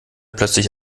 plötzlich